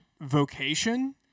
vocation